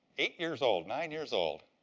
eight years old, nine years old.